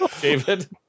David